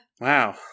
Wow